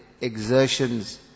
exertions